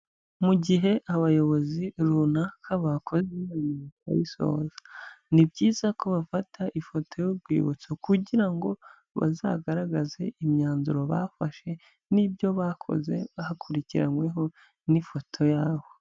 Mu gihe abayobozi runaka bakoze inama bakayisoza, ni byiza ko bafata ifoto y'urwibutso kugira ngo bazagaragaze imyanzuro bafashe n'ibyo bakoze hakurikiranyweho n'ifoto yabo.